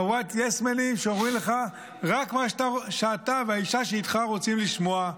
חבורת יסמנים שאומרים לך רק מה שאתה והאישה שאיתך רוצים לשמוע.